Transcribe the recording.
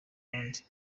abandi